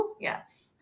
Yes